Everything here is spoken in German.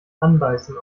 anbeißen